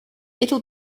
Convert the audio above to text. it’ll